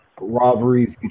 Robberies